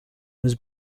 was